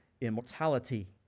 immortality